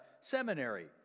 seminary